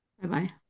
Bye-bye